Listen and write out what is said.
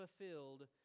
fulfilled